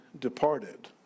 departed